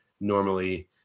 normally